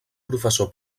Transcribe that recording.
professor